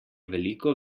veliko